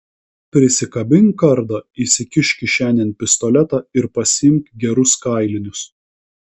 prisikabink kardą įsikišk kišenėn pistoletą ir pasiimk gerus kailinius